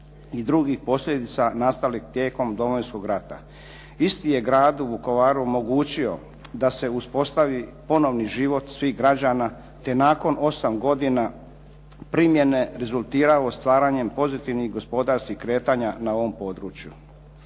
i drugih posljedica nastalih tijekom Domovinskog rata. Isti je gradu Vukovaru omogućio da se upostavi ponovni život svih građana, te nakon 8 godina primjene rezultirao stvaranjem pozitivnih gospodarskih kretanja na ovom području.